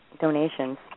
donations